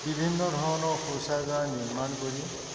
বিভিন্ন ধৰণৰ শৌচাগাৰ নিৰ্মাণ কৰি